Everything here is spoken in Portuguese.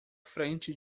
frente